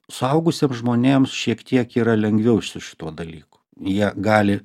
suaugusiem žmonėms šiek tiek yra lengviau su šituo dalyku jie gali